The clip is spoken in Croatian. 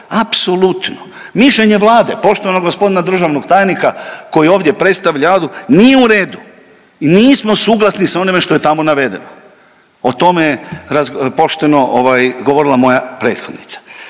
Apsolutno. Mišljenje Vlade poštovanog gospodina državnog tajnika koji ovdje predstavlja Vladu nije u redu i nismo suglasni sa onime što je tamo navedeno. O tome je pošteno govorila moja prethodnica.